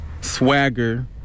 swagger